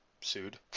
sued